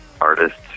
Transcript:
artists